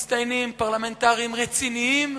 מצטיינים, פרלמנטרים רציניים,